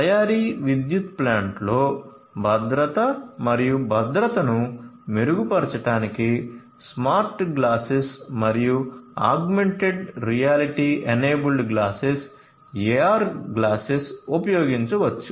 తయారీ విద్యుత్ ప్లాంట్లో భద్రత మరియు భద్రతను మెరుగుపరచడానికి స్మార్ట్ గ్లాసెస్ మరియు augmented reality enabled glasses AR glasses ఉపయోగించవచ్చు